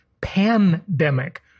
pandemic